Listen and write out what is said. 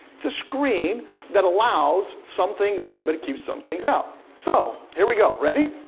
it's a screen that allows some things in but it keeps some things out. so here we go, ready?